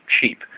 cheap